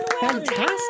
fantastic